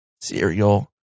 cereal